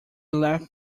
left